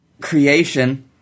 creation